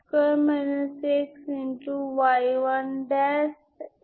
সুতরাং এর সাথে করেস্পন্ডিং আপনার একই সমাধান রয়েছে